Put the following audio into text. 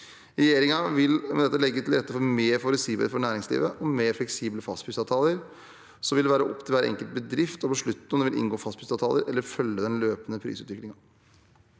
Regjeringen vil med dette legge til rette for mer forutsigbarhet for næringslivet og mer fleksible fastprisavtaler. Så vil det være opp til hver enkelt bedrift å beslutte om den vil inngå fastprisavtale eller følge den løpende prisutviklingen.